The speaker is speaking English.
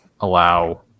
allow